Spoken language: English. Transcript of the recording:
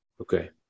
okay